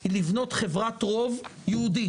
היא לבנות חברה טרום יהודית,